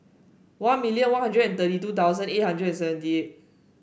one million One Hundred and thirty two thousand eight hundred seventy eight